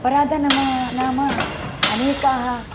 अपराधं नाम नाम अनेकाः